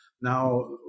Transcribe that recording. now